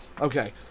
Okay